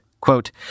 Quote